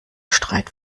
streit